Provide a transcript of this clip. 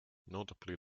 notably